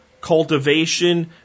cultivation